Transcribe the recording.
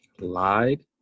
Lied